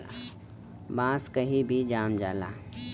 बांस कही भी जाम जाला